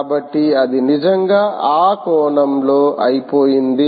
కాబట్టి అది నిజంగా ఆ కోణంలో అయిపోయింది